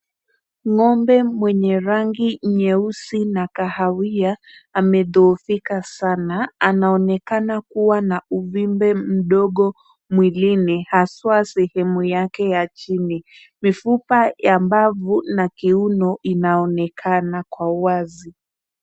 Ng'ombe mwenye rangi nyeusi na kahawia amedhoofika sana. Anaonekana kuwa na uvimbe mdogo mwilini haswa sehemu yake ya chini. Mifupa ya mbavu na kiuno inaonekana kwa wazi.